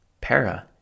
para